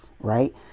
right